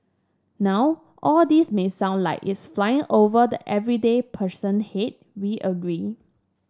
now all this may sound like it's flying over the everyday person head we agree